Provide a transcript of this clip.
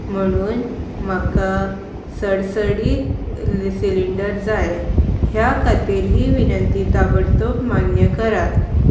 म्हणून म्हाका सडसडीत सिलिंडर जाय ह्या खातीर ही विनंती ताबडतोब मान्य करात